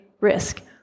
risk